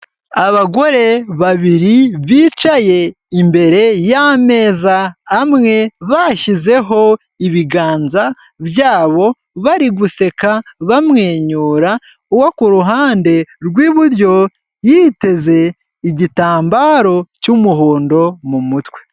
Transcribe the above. Abagore babiri bicaye imbere y'ameza amwe, bashyizeho ibiganza byabo, bari guseka, bamwenyura, uwo ku ruhande rw'iburyo yiteze igitambaro cy'umuhondo mu mutwe.